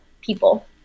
people